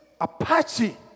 Apache